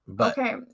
Okay